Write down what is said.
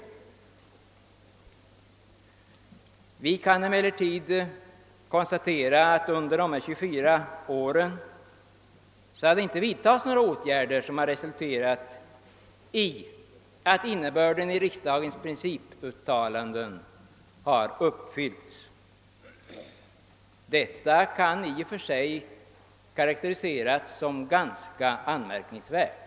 Vi kan emellertid konstatera att under de gångna 24 åren inga åtgärder har vidtagits som har resulterat i att innebörden av riksdagens principuttalanden har förverkligats. Detta kan i och för sig karakteriseras som <anmärkningsvärt.